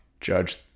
judge